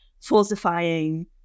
falsifying